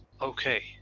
Okay